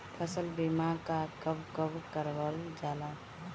फसल बीमा का कब कब करव जाला?